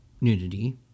nudity